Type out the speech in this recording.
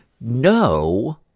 No